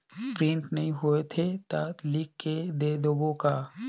Print नइ होथे ता लिख के दे देबे का?